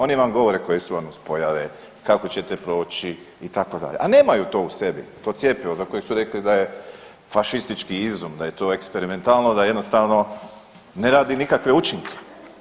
Oni vam govore koje su vam nuspojave kako ćete proći itd., a nemaju to u sebi to cjepivo za koje su rekli da fašistički izum da je to eksperimentalno da jednostavno ne radi nikakve učinke.